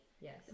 Yes